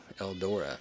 Eldora